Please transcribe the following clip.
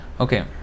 okay